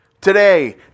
Today